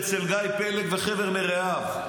ואצל גיא פלד וחבר מרעיו,